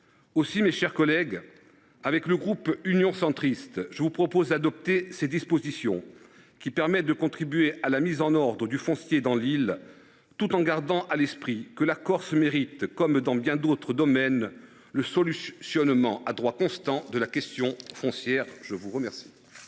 Aussi, mes chers collègues, avec mes collègues du groupe Union Centriste, je vous propose d’adopter ces dispositions qui contribueront à la mise en ordre du foncier dans l’île, tout en gardant à l’esprit que la Corse mérite, comme dans bien d’autres domaines, le solutionnement à droit constant de la question foncière. La parole